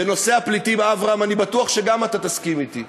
בנושא הפליטים, אברהם, אני בטוח שאתה תסכים אתי.